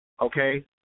okay